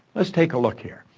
let's take a look here.